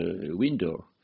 window